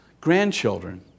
grandchildren